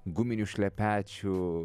guminių šlepečių